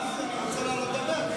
אני רוצה לעלות לדבר.